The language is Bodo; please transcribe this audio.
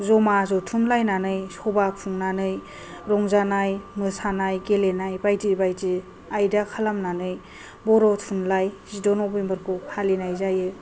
जमा जथुमलायनानै सभा खुंनानै रंजानाय मोसानाय गेलेनाय बायदि बायदि आयदा खालामनानै बर' थुनलाइ जिद' नभेम्बरखौ फालिनाय जायो